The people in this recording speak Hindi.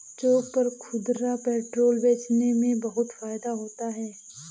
चौक पर खुदरा पेट्रोल बेचने में बहुत फायदा होता है